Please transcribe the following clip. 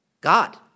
God